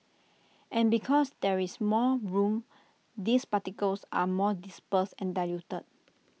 and because there is more room these particles are more dispersed and diluted